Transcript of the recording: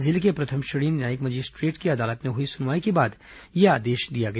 जिले के प्रथम श्रेणी न्यायिक मजिस्ट्रेट की अदालत में हुई सुनवाई के बाद यह आदेश दिया गया